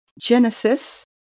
genesis